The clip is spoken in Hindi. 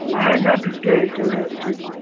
नाइन्डैट के चले अच्छे से